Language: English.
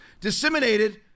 disseminated